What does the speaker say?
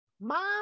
Mom